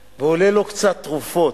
ועולה לו קצת חשמל, ועולה לו קצת תרופות.